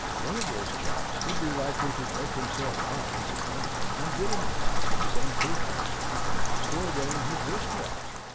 one of those chaps would be likely to fake himself up as a plumber, and get in the house on some pretext or other still wearing his wrist-watch!